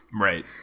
Right